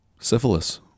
Syphilis